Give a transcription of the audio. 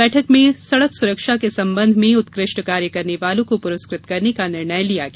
बैठक में सड़क सुरक्षा के संबंध में उत्कृष्ट कार्य करने वालों को पुरस्कृत करने का निर्णय लिया गया